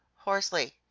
hoarsely